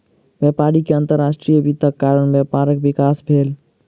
व्यापारी के अंतर्राष्ट्रीय वित्तक कारण व्यापारक विकास भेल